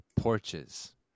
porches